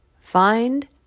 find